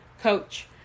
coach